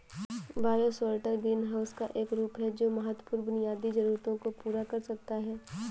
bioshelter greenhouse का एक रूप है जो महत्वपूर्ण बुनियादी जरूरतों को पूरा कर सकता है